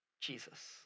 Jesus